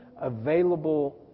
available